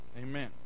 amen